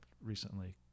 recently